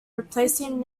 replacing